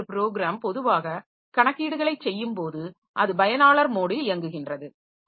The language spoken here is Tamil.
எனவே ஒரு ப்ரோகிராம் பொதுவாக கணக்கீடுகளைச் செய்யும்போது அது பயனாளர் மோடில் இயங்குகின்றது